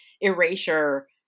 erasure